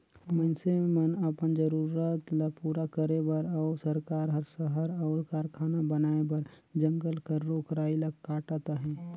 मइनसे मन अपन जरूरत ल पूरा करे बर अउ सरकार हर सहर अउ कारखाना बनाए बर जंगल कर रूख राई ल काटत अहे